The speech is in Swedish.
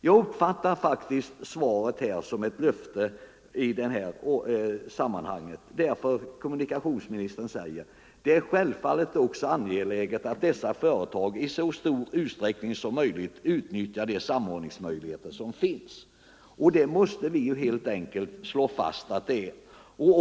Jag uppfattar det faktiskt som ett löfte när kommunikationsministern i svaret säger: ”Det är självfallet också angeläget att dessa företag i så stor utsträckning som möjligt utnyttjar de samordningsmöjligheter som finns.” Vi måste helt enkelt slå fast att detta är angeläget.